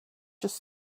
just